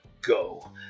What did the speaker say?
Go